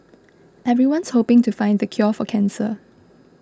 everyone's hoping to find the cure for cancer